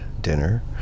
dinner